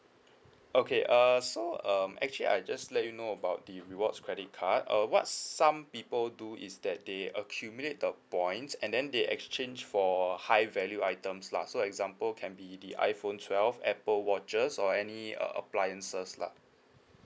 okay err so um actually I just let you know about the rewards credit card uh what's some people do is that they accumulate the points and then they exchange for high value items lah so example can be the iphone twelve apple watches or any uh appliances lah